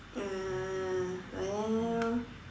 uh but ya